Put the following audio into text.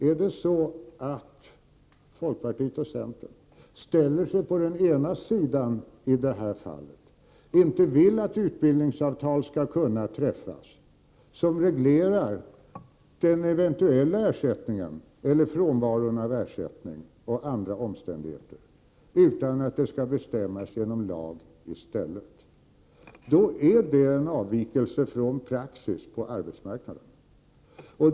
Är det så att folkpartiet och centern i det här fallet ställer sig på den ena sidan och inte vill att utbildningsavtal som reglerar den eventuella ersättningen eller frånvaron av ersättning och andra omständigheter skall kunna träffas, utan vill att det i stället skall bestämmas genom lag, är detta en avvikelse från praxis på arbetsmarknaden.